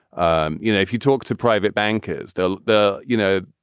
um you know, if you talk to private bankers, they'll the you know,